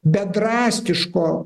be drastiško